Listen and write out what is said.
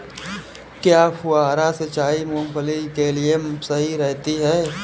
क्या फुहारा सिंचाई मूंगफली के लिए सही रहती है?